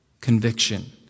conviction